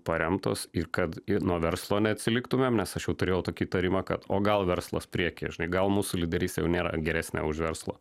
paremtos ir kad nuo verslo neatsiliktumėm nes aš jau turėjau tokį įtarimą kad o gal verslas priekyje žinai gal mūsų lyderystė jau nėra geresnė už verslo